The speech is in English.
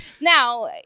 now